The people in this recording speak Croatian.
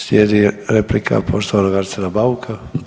Slijedi replika poštovanog Arsena Bauka.